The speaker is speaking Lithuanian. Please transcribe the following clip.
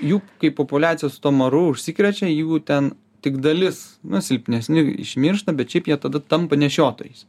jų kaip populiacijos tuo maru užsikrečia jeigu ten tik dalis nu silpnesni išmiršta bet šiaip jie tada tampa nešiotojais